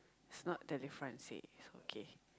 it's not delifrance okay